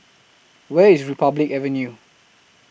Where IS Republic Avenue